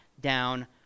down